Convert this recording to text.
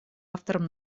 авторам